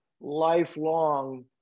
lifelong